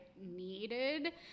needed